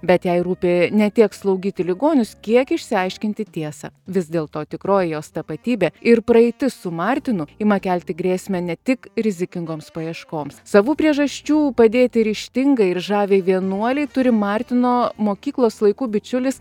bet jai rūpi ne tiek slaugyti ligonius kiek išsiaiškinti tiesą vis dėlto tikroji jos tapatybė ir praeitis su martinu ima kelti grėsmę ne tik rizikingoms paieškoms savų priežasčių padėti ryžtingai ir žaviai vienuolei turi martino mokyklos laikų bičiulis